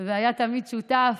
והיה תמיד שותף.